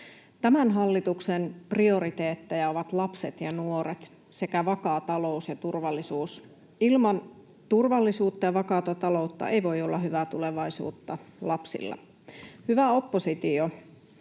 Tämän hallituksen prioriteetteja ovat lapset ja nuoret sekä vakaa talous ja turvallisuus. Ilman turvallisuutta ja vakaata taloutta ei voi olla hyvää tulevaisuutta lapsille. Hyvä oppositio,